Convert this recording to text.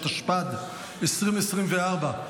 התשפ"ד 2024,